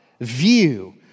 view